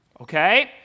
Okay